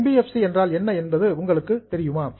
என் B F C என்றால் என்ன என்று உங்களுக்கு தெரியுமா